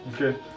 Okay